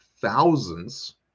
thousands